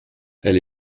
elle